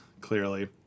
clearly